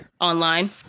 online